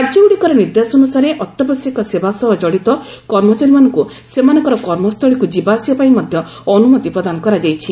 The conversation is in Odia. ରାଜ୍ୟଗୁଡ଼ିକର ନିର୍ଦ୍ଦେଶାନୁସାରେ ଅତ୍ୟାବଶ୍ୟକ ସେବା ସହ ଜଡ଼ିତ କର୍ମଚାରୀମାନଙ୍କୁ ସେମାନଙ୍କର କର୍ମସ୍ଥଳୀକୁ ଯିବା ଆସିବା ପାଇଁ ମଧ୍ୟ ଅନୁମତି ପ୍ରଦାନ କରାଯାଇଛି